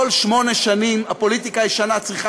כל שמונה שנים הפוליטיקה הישנה צריכה